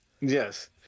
yes